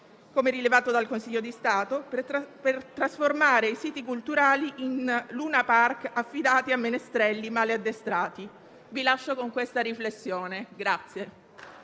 come rilevato dal Consiglio di Stato, per trasformare i siti culturali in luna park affidati a menestrelli male addestrati. Vi lascio con questa riflessione.